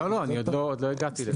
לא, אני עוד לא הגעתי לזה.